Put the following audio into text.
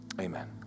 Amen